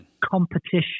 competition